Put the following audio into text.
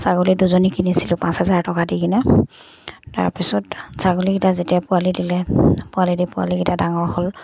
ছাগলী দুজনী কিনিছিলোঁ পাঁচ হাজাৰ টকা দি কিনে তাৰপিছত ছাগলীকেইটা যেতিয়া পোৱালি দিলে পোৱালি দি পোৱালিকেইটা ডাঙৰ হ'ল